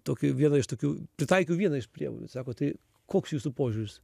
tokį vieną iš tokių pritaikiau vieną iš priemonių sako tai koks jūsų požiūris